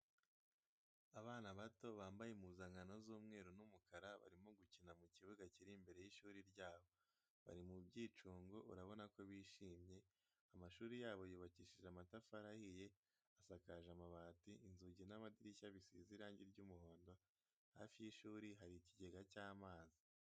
Abana bato bambaye impuzankano z'umweru n'umukara barimo gukina mu kibuga kiri imbere y'ishuri ryabo, bari mu myicungo urabona ko bishimye, amashuri yabo yubakishije amatafari ahiye asakaje amabati, inzugi n'amadirishya bisize irangi ry'umuhondo hafi y'ishuri hari ikigega cy'amazi.